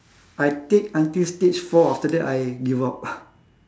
I take until stage four after that I give up